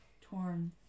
Torn